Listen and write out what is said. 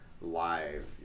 live